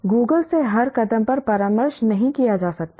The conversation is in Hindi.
गूगल से हर कदम पर परामर्श नहीं किया जा सकता है